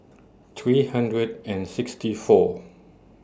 three hundred and sixty four